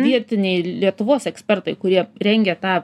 vietiniai lietuvos ekspertai kurie rengia tą